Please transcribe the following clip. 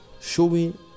showing